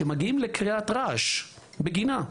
שמגיעים לקריאת רעש בגינה,